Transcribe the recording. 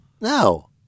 no